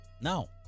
No